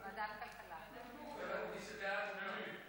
נתתי לך אפשרות וויתרת.